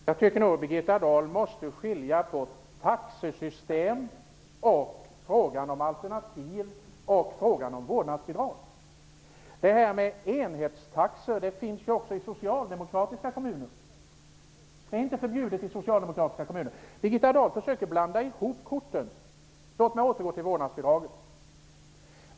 Herr talman! Jag tycker nog att Birgitta Dahl måste skilja mellan taxessystem och frågorna om alternativ respektive vårdnadsbidrag. Enhetstaxor finns också i socialdemokratiskt ledda kommuner. Det är inte förbjudet att ha sådana i dessa kommuner. Birgitta Dahl försöker blanda ihop korten. Låt mig återgå till vårdnadsbidraget.